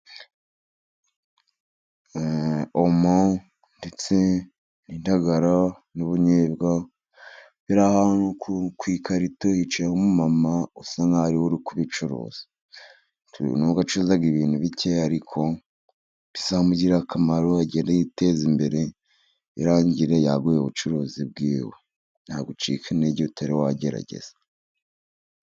Omo ndetse n'indagara n'ubunyebwa biri ku ikarito yicayeho umumama usa nk'aho ari we uri kubicuruza. N'ubwo acuruza ibintu bike, ariko bizamugirira akamaro agende yiteza imbere, birangire yaguye ubucuruzi bw'iwe. Nta gucika intege utari wagerageza.